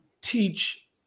teach